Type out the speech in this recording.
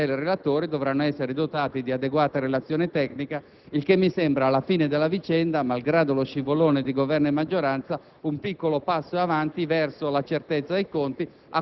d'ora in poi, tutti gli emendamenti governativi e del relatore dovranno essere dotati di adeguata relazione tecnica, il che mi sembra, alla fine della vicenda e malgrado lo scivolone del Governo e della maggioranza,